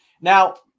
now